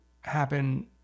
happen